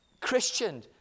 Christian